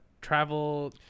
travel